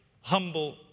humble